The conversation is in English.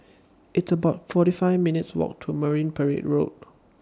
It's about forty five minutes' Walk to Marine Parade Road